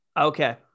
okay